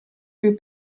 più